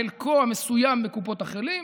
חלקו המסוים בקופות החולים.